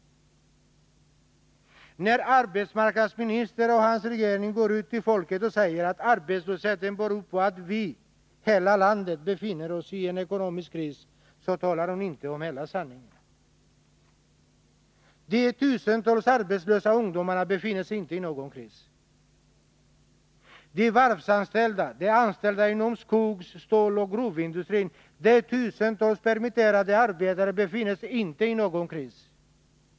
När arbetsmarknadsministern och hennes regering går ut till folket och säger att arbetslösheten beror på att vi — hela landet — befinner oss i en ekonomisk kris, så talar de inte om hela sanningen. De tusentals arbetslösa ungdomarna befinner sig inte i någon kris. De varvsanställda, de anställda inom skogs-, ståloch gruvindustrin samt de tusentals permitterade arbetarna befinner sig inte i någon kris.